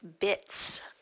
Bits